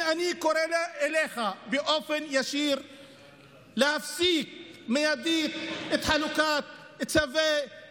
אני קורא לך באופן ישיר להפסיק מיידית את חלוקת צווי